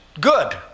good